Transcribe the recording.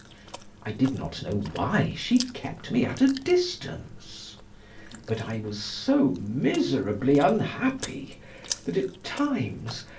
i did not know why she kept me at a distance but i was so miserably unhappy that, at times,